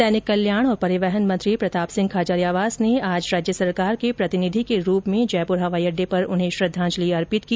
सैनिक कल्याण और परिवहन मंत्री प्रतापसिंह खाचरियावास ने आज राज्य सरकार के प्रतिनिधि के रूप में जयपुर हवाई अड्डे पर उन्हें श्रद्वांजलि अर्पित की